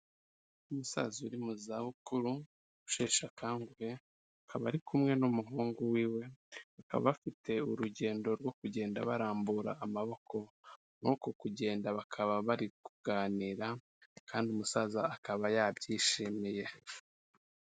Umusaza uri mu zabukuru, usheshe akanguhe, akaba ari kumwe n'umuhungu wiwe, bakaba bafite urugendo rwo kugenda barambura amaboko, muri uko kugenda bakaba bari kuganira kandi umusaza akaba yabyishimiye.